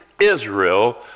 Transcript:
Israel